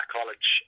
College